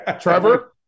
Trevor